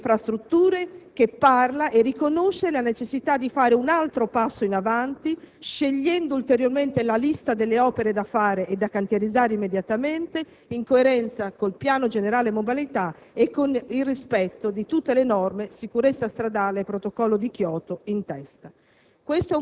allegato infrastrutture riconosce la necessità di fare un altro passo in avanti, scegliendo ulteriormente la lista delle opere da fare e da cantierizzare immediatamente, in coerenza col piano generale mobilità, col rispetto di tutte le norme di sicurezza stradale e con il Protocollo di Kyoto in testa.